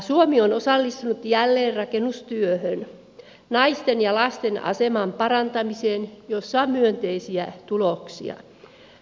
suomi on osallistunut jälleenrakennustyöhön sekä naisten ja lasten aseman parantamiseen jossa on myönteisiä tuloksia